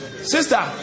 Sister